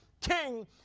king